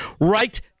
right